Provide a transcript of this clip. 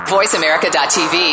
VoiceAmerica.tv